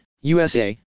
usa